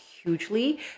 hugely